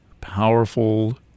powerful